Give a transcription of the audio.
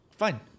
Fine